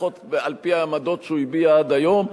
לפחות על-פי העמדות שהוא הביע עד היום,